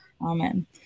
amen